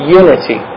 unity